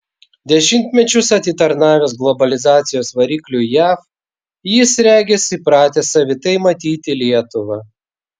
dešimtmečius atitarnavęs globalizacijos varikliui jav jis regis įpratęs savitai matyti lietuvą